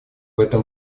этом